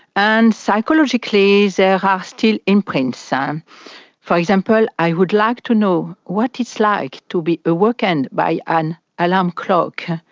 and psychologically there are ah still imprints. um for example, i would like to know what it's like to be awoken by an alarm clock,